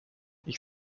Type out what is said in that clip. ich